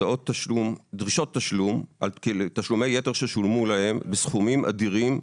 דרישות תשלום על תשלומי יתר ששולמו להם בסכומים אדירים.